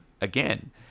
again